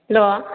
hello